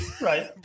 right